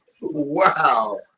Wow